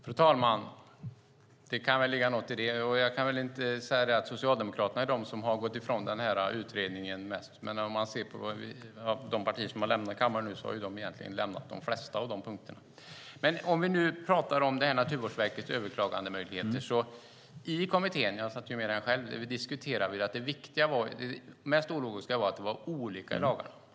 Fru talman! Det kan väl ligga någonting i det, och jag kan inte säga att Socialdemokraterna är de som har gått ifrån utredningen mest. De partier som har lämnat kammaren nu har egentligen frångått de flesta punkterna. Låt oss prata om Naturvårdsverkets överklagandemöjligheter. I kommittén, som jag ju själv satt med i, diskuterade vi att det mest ologiska var att det var olika i lagarna.